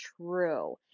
true